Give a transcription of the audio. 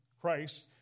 Christ